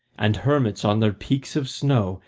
and hermits on their peaks of snow,